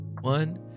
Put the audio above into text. one